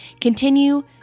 continue